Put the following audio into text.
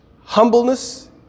humbleness